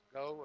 go